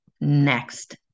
next